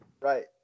Right